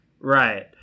Right